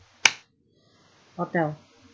hotel